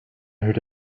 heard